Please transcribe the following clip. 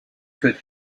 could